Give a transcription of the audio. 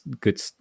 good